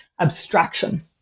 abstraction